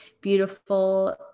beautiful